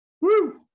Woo